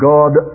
God